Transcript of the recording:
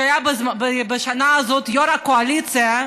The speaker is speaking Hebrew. שהיה בשנה הזאת יו"ר הקואליציה,